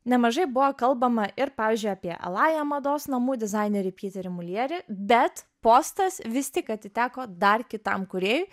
nemažai buvo kalbama ir pavyzdžiui apie alaja mados namų dizainerį piterį muljerį bet postas vis tik atiteko dar kitam kūrėjui